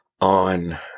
on